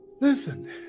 Listen